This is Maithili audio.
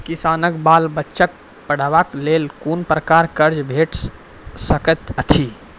किसानक बाल बच्चाक पढ़वाक लेल कून प्रकारक कर्ज भेट सकैत अछि?